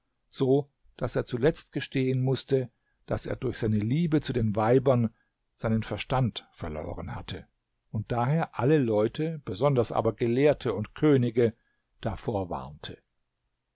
so daß er zuletzt gestehen mußte daß er durch seine liebe zu den weibern seinen verstand verloren hatte und daher alle leute besonders aber gelehrte und könige davor warnte